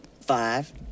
Five